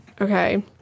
Okay